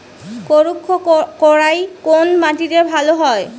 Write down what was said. কুলত্থ কলাই কোন মাটিতে ভালো হয়?